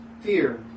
fear